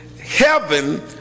heaven